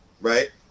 right